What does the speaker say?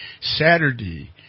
Saturday